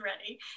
ready